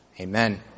Amen